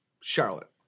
Charlotte